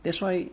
that's why